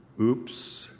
oops